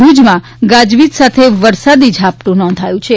ભુજમાં ગાજવીજ સાથે વરસાદી ઝાપટું નોંધાયું છે